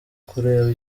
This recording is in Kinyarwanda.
kureba